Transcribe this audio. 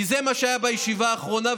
כי זה מה שהיה בישיבה האחרונה,